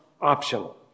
optional